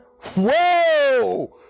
Whoa